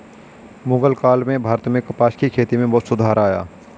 मुग़ल काल में भारत में कपास की खेती में बहुत सुधार आया